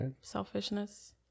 selfishness